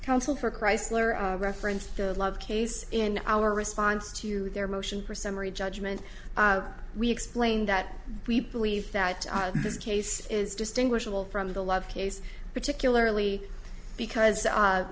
counsel for chrysler a reference to love case in our response to their motion for summary judgment we explained that we believe that this case is distinguishable from the love case particularly because